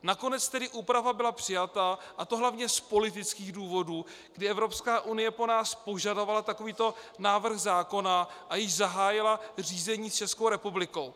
Nakonec tedy úprava byla přijata, a to hlavně z politických důvodů, kdy Evropská unie po nás požadovala takovýto návrh zákona a již zahájila řízení s Českou republikou.